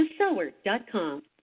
thesower.com